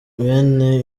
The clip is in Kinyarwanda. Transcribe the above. bene